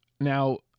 Now